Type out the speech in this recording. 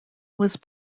was